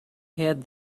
had